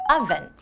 oven